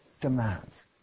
demands